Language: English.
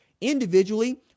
individually